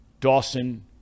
Dawson